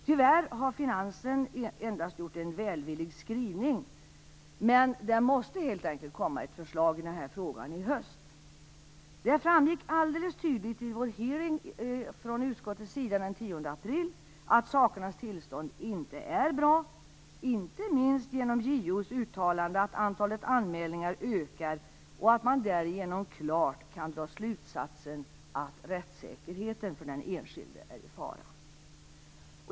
Tyvärr har "finansen" endast gjort en välvillig skrivning, men det måste helt enkelt komma ett förslag i frågan i höst. Det framgick alldeles tydligt vid utskottets hearing den 10 april att sakernas tillstånd inte är bra - inte minst genom JO:s uttalande att antalet anmälningar ökar och att man därigenom klart kan dra slutsatsen att rättssäkerheten för den enskilde är i fara.